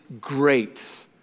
great